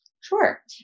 Sure